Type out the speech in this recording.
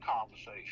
conversation